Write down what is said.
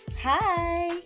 Hi